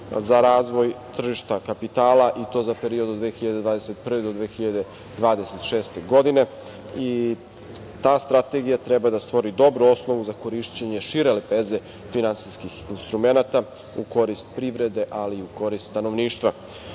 za razvoj tržišta kapitala, i to za period od 2021. do 2026. godine, i ta strategija treba da stvori dobru osnovu za korišćenje šire lepeze finansijskih instrumenata u korist privrede, ali i u korist stanovništva. Dugoročni